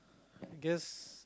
I guess